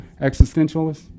Existentialist